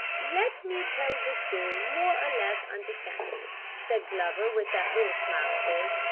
let me tell this story more or less understandably, said glover with that little smile of his.